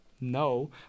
no